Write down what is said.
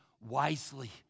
wisely